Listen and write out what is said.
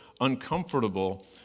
uncomfortable